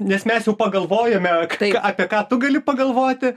nes mes jau pagalvojome kad tai apie ką tu gali pagalvoti